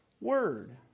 word